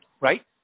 Right